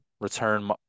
return